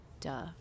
Duh